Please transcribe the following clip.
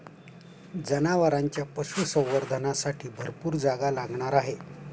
जनावरांच्या पशुसंवर्धनासाठी भरपूर जागा लागणार आहे